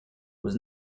was